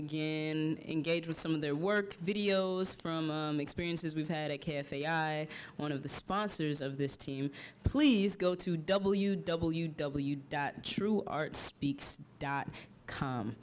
again and gage with some of their work videos from experiences we've had a cafe i want of the sponsors of this team please go to w w w dot true art speaks dot com